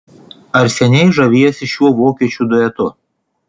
ar seniai žaviesi šiuo vokiečių duetu